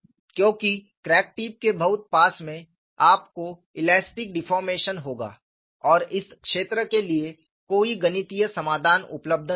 क्योंकि crack tip के बहुत पास में आपको इलास्टिक डेफोर्मेशन होगा और इस क्षेत्र के लिए कोई गणितीय समाधान उपलब्ध नहीं है